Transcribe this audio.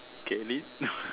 can leave